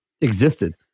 existed